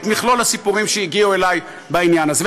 מכלול הסיפורים שהגיעו אלי בעניין הזה.